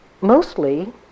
mostly